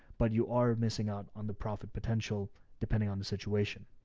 but you are missing out on the profit potential depending on the situation.